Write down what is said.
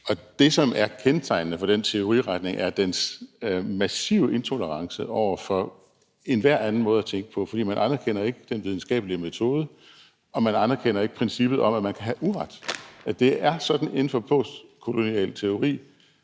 Det, som er kendetegnende for den teoriretning, er dens massive intolerance over for enhver anden måde at tænke på, fordi man ikke anerkender den videnskabelige metode og man ikke anerkender princippet om, at man kan have uret. Det er sådan inden for postkolonial teori,